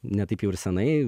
ne taip jau ir senai